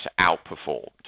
outperformed